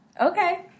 Okay